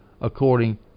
according